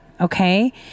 Okay